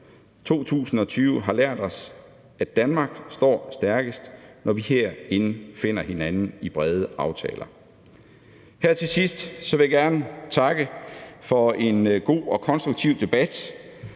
2020 har lært os, at Danmark står stærkest, når vi herinde finder hinanden i brede aftaler. Her til sidst vil jeg gerne takke for en god og konstruktiv debat,